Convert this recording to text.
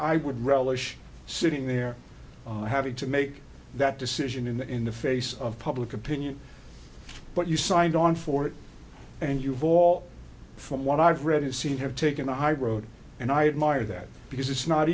i would relish sitting there having to make that decision in the in the face of public opinion but you signed on for it and you've all from what i've read and seen have taken the high road and i admire that because it's not